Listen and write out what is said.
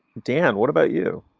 dan, what about you?